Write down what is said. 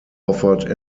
offered